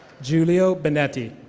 julio benneti.